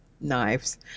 knives